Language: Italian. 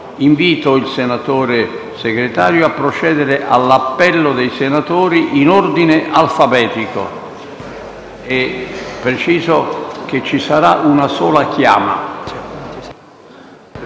Invito il senatore Segretario provvisorio a procedere all'appello dei senatori in ordine alfabetico. Preciso che ci sarà una sola chiama.